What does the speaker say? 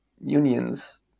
unions